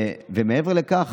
ומעבר לכך,